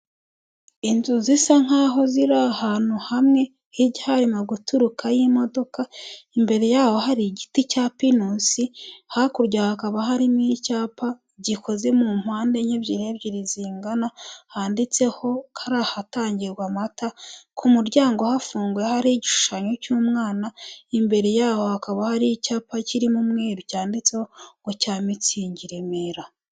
Inzu zisa nkaho ziri ahantu hamwe hirya hari guturuka imodoka, imbere yaho hari igiti cya pinusi hakurya hakaba hari icyapa gikoze mu mpande ebyiri ebyiri zingana handitseho ko ari ahatangirwa amata, ku muryango hafunzwe hari igishushanyo cy'umwana, imbere yaho hakaba hari icyapa kirimo umweru, cyanditseho cya mitsingi i Remera.